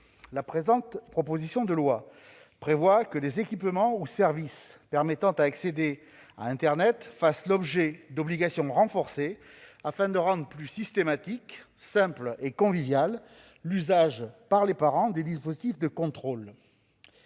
La présente proposition de loi prévoit que les équipements ou services permettant d'accéder à internet fassent l'objet d'obligations renforcées afin de rendre plus systématique, simple et convivial l'usage par les parents des dispositifs de contrôle.